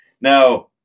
Now